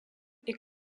est